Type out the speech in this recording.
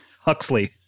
Huxley